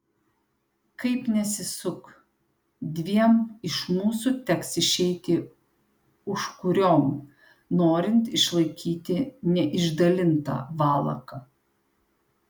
kaip nesisuk dviem iš mūsų teks išeiti užkuriom norint išlaikyti neišdalintą valaką